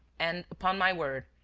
and, upon my word,